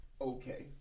okay